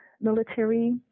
military